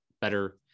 better